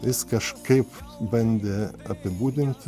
jis kažkaip bandė apibūdinti